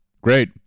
Great